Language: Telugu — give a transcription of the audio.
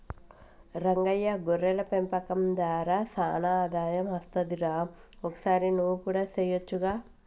రంగయ్య గొర్రెల పెంపకం దార సానా ఆదాయం అస్తది రా ఒకసారి నువ్వు కూడా సెయొచ్చుగా